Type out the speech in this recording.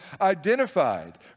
identified